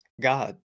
God